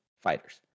fighters